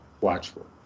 watchful